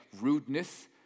rudeness